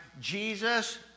Jesus